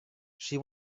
she